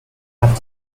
have